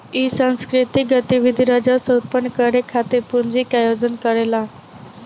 इ सांस्कृतिक गतिविधि राजस्व उत्पन्न करे खातिर पूंजी के आयोजन करेला